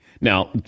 Now